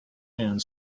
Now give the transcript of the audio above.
and